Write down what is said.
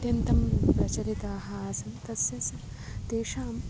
अत्यन्तं प्रचलिताः आसन् तस्य स् तेषाम्